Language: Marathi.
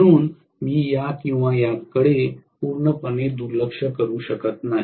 म्हणून मी या किंवा याकडे पूर्णपणे दुर्लक्ष करू शकत नाही